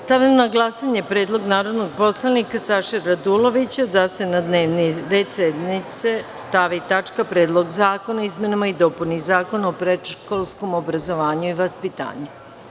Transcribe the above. Stavljam na glasanje predlog narodnog poslanika Saše Radulovića da se na dnevni red sednice stavi tačka – Predlog zakona o izmenama i dopuni Zakona o predškolskom obrazovanju i vaspitanju.